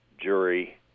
jury